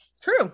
True